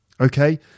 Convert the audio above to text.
Okay